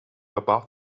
above